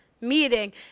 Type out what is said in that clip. meeting